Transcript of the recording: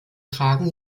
tragen